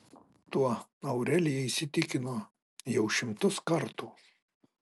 tuo aurelija įsitikino jau šimtus kartų